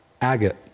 agate